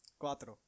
cuatro